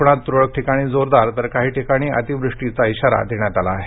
कोकणात तुरळक ठिकाणी जोरदार तर काही ठिकाणी अतिवृष्टीचा इशारा देण्यात आला आहे